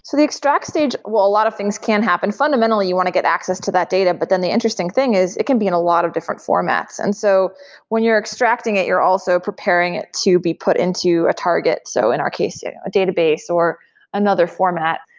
the extract stage, well a lot of things can happen. fundamentally, you want to get access to that data, but then the interesting thing is it can be in a lot of different formats. and so when you're extracting extracting it, you're also preparing it to be put into a target, so in our case, a a database or another format.